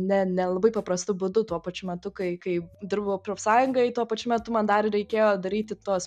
ne ne labai paprastu būdu tuo pačiu metu kai kai dirbau profsąjungai tuo pačiu metu man dar reikėjo daryti tuos